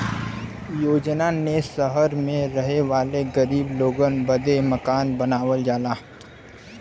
योजना ने सहर मे रहे वाले गरीब लोगन बदे मकान बनावल जाला